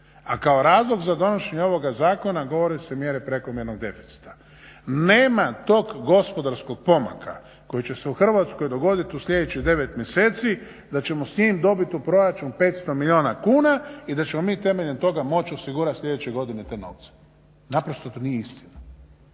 a kao razlog za donošenje ovoga zakona govore se mjere prekomjernog deficita. Nema tog gospodarskog pomaka koji će se u Hrvatskoj dogoditi u sljedećih 9 mjeseci da ćemo s njim dobiti u proračun 500 milijuna kuna i da ćemo mi temeljem toga moći osigurati sljedeće godine te novce. Naprosto to nije istina